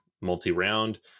multi-round